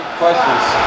questions